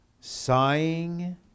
sighing